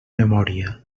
memòria